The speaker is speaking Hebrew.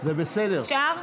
אפשר?